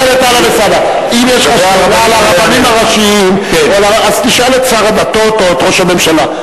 אם יש לך שאלה לרבנים הראשיים אז תשאל את שר הדתות או את ראש הממשלה.